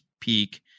peak